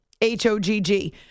H-O-G-G